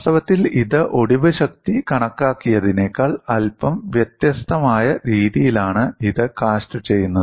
വാസ്തവത്തിൽ ഇത് ഒടിവ് ശക്തി കണക്കാക്കിയതിനേക്കാൾ അല്പം വ്യത്യസ്തമായ രീതിയിലാണ് ഇത് കാസ്റ്റുചെയ്യുന്നത്